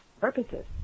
purposes